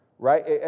Right